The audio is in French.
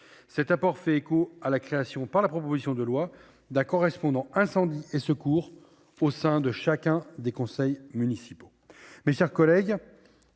Cet apport fait écho à la création, par la proposition de loi, d'un correspondant « incendie et secours » au sein de chaque conseil municipal. Madame la